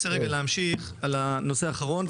אני רוצה להמשיך לנושא האחרון,